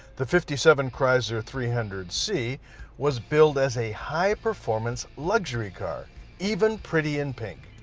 the fifty seven chrysler three hundred c was billed as a high-performance luxury car even pretty-in-pink